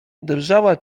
drżała